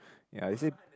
ya you see